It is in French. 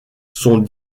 sont